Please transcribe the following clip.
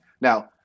Now